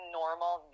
normal